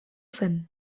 zen